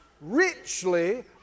richly